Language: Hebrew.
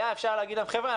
היה אפשר להגיד להם: חבר'ה,